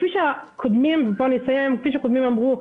כפי שקודמיי אמרו,